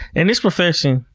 in the profession,